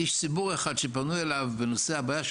איש ציבור אחד שפנו אליו בנושא הבעיה של